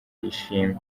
yishimye